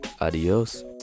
Adios